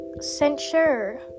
censure